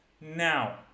now